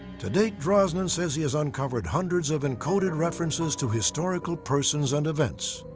to date, drosnin says he has uncovered hundreds of encoded references to historical persons and events.